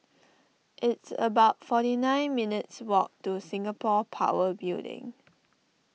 it's about forty nine minutes' walk to Singapore Power Building